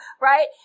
right